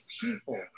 people